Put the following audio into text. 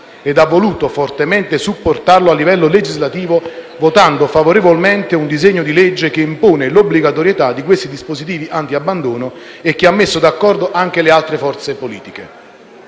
ed ha voluto fortemente supportarlo a livello legislativo, votando a favore di un disegno di legge che impone l'obbligatorietà di questi dispositivi antiabbandono e che ha messo d'accordo anche le altre forze politiche.